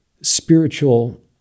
spiritual